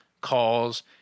Calls